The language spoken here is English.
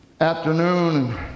afternoon